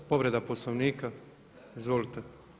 Povreda Poslovnika, izvolite.